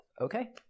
okay